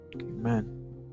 Amen